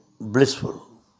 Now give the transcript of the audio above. blissful